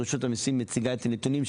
רשות המסים מציגה את הנתונים,